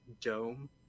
Dome